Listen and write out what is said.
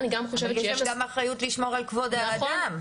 אבל יש גם אחריות לשמור על כבוד האדם.